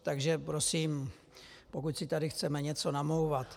Takže prosím, pokud si tady chceme něco namlouvat...